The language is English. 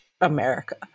America